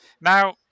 Now